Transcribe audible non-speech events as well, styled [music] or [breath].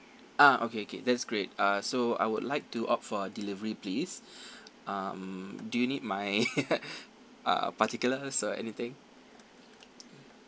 ah okay okay that's great uh so I would like to opt for delivery please [breath] um do you need my [laughs] uh particulars or anything